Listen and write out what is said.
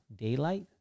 daylight